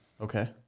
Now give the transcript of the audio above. Okay